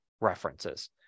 references